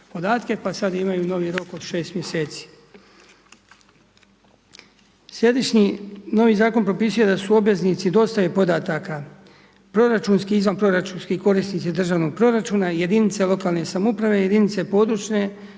pa sada imaju novi rok od 6 mjeseci. Novi Zakon propisuje da su obveznici dostave podataka, proračunski, izvanproračunski korisnici državnog proračuna, jedinice lokalne samouprave, jedinice područne